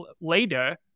later